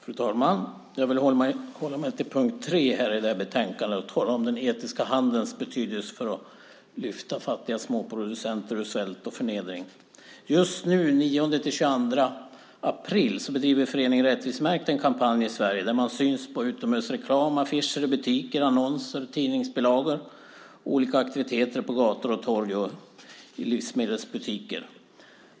Fru talman! Jag vill hålla mig till punkt 3 i detta betänkande och tala om den etiska handelns betydelse för att lyfta fattiga småproducenter i syd ur svält och förnedring. Just nu, den 9-22 april, bedriver Föreningen för Rättvisemärkt en kampanj i Sverige där man syns i utomhusreklam, affischer i butiker, annonser, tidningsbilagor och olika aktiviteter på gator och torg och i livsmedelsbutiker.